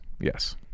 Yes